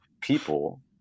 people